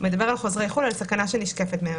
מדבר על חוזרי חו"ל, על סכנה שנשקפת להם.